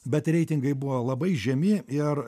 bet reitingai buvo labai žemi ir